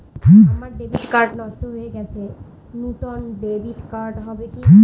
আমার debit card নষ্ট হয়ে গেছে নূতন ডেবিট কার্ড হবে কি?